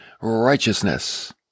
righteousness